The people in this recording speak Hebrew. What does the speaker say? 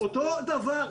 אותו דבר.